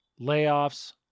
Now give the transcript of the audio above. layoffs